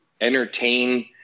entertain